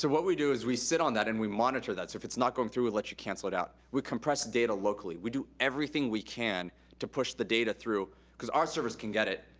so what we do is we sit on that and we monitor that. if it's not going through, we let you cancel it out. we compress data locally. we do everything we can to push the data through cause our service can get it,